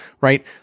right